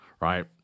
right